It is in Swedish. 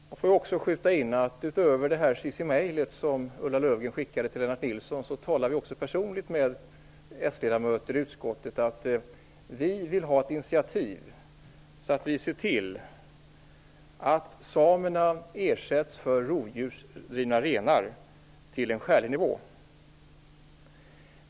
Jag vill också skjuta in att utöver det mail som Ulla Löfgren skickade till Lennart Nilsson talade vi också personligen med s-ledamöter i utskottet och sade att vi ville ha ett initiativ för att se till att samerna ersätts för rovdjursrivna renar till en skälig nivå.